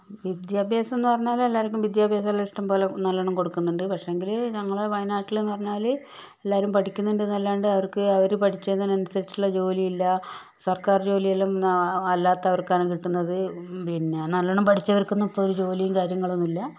വിദ്യാഭ്യാസം എന്ന് പറഞ്ഞാല് എല്ലാവർക്കും വിദ്യാഭ്യാസമെല്ലാം ഇഷ്ടം പോലെ നല്ലോണം കൊടുക്കുന്നുണ്ട് പക്ഷേങ്കില് ഞങ്ങളെ വയനാട്ടിലെന്ന് പറഞ്ഞാല് എല്ലാവരും പഠിക്കുന്നുണ്ട് എന്നല്ലാണ്ട് അവർക്ക് അവര് പഠിക്കുന്നതിനനുസരിച്ചുള്ള ജോലി ഇല്ല സർക്കാർ ജോലിയെല്ലാം അല്ലാത്തവർക്കാണ് കിട്ടുന്നത് പിന്നെ നല്ലോണം പഠിച്ചവർക്കൊന്നും ഇപ്പോൾ ഒരു ജോലിയും കാര്യങ്ങളൊന്നും ഇല്ല